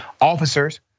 Officers